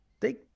Take